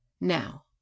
Now